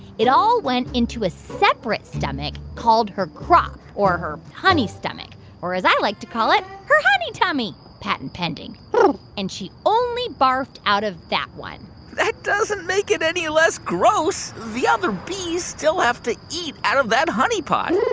it all went into a separate stomach called her crop or her honey stomach or, as i like to call it, her honey tummy patent pending and she only barfed out of that one that doesn't make it any less gross. the other bees still have to eat out of that honey pot ah,